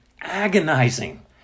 agonizing